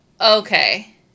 okay